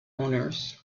owners